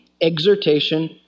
exhortation